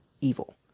evil